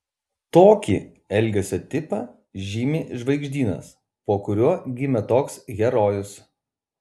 tokį elgesio tipą žymi žvaigždynas po kuriuo gimė toks herojus